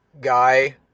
guy